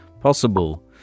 possible